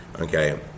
Okay